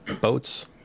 boats